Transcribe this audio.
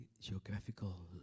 geographical